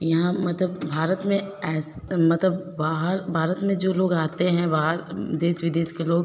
यहाँ मतलब भारत में ऐसे मतलब बाहर भारत में जो लोग आते हैं बाहर देश विदेश के लोग